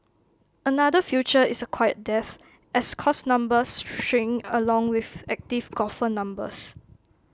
another future is A quiet death as course numbers shrink along with active golfer numbers